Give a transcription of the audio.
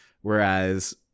Whereas